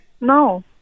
No